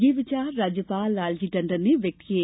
यह विचार राज्यपाल लालजी टंडन ने व्यक्त किये